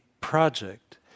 project